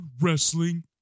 Wrestling